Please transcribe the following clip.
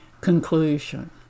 Conclusion